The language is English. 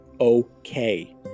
okay